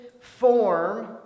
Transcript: form